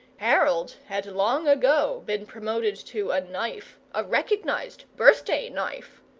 harold had long ago been promoted to a knife a recognized, birthday knife.